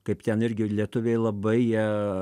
kaip ten irgi lietuviai labai jie